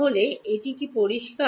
তাহলে এটা কি পরিষ্কার